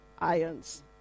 ions